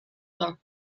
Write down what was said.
pin